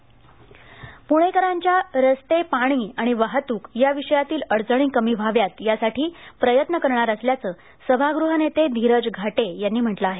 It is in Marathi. प्णेकरांच्या रस्ते पाणी आणि वाहतूक या विषयातील अडचणी कमी व्हाव्यात यासाठी प्रयत्न करणार असल्याचं सभागृहनेते धीरज घाटे यांनी म्हटलं आहे